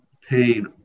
pain